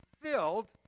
filled